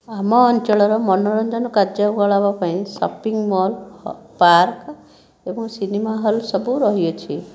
ଆମ ଅଞ୍ଚଳର ମନୋରଞ୍ଜନ କାର୍ଯ୍ୟକଳାପ ପାଇଁ ଶପିଂ ମଲ୍ ପାର୍କ ଏବଂ ସିନେମା ହଲ୍ ସବୁ ରହିଅଛି